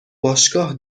باشگاه